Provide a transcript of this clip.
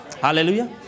Hallelujah